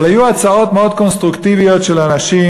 אבל היו הצעות מאוד קונסטרוקטיביות של אנשים,